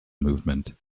movement